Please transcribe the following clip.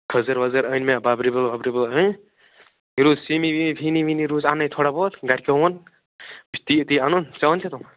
کھٔزٕر ؤزٕر أنۍ مےٚ ببرِ بیٛوٚل وبرِ بیٛوٚل بیٚیہِ روٗز سیٖنی ویٖنی فیٖنی ویٖنی روٗز اَنٕنَے تھوڑا بہت گرِکٮ۪و ووٚن سُہ تہِ چھُ أتی أتی اَنُن ژےٚ اوٚن ژےٚ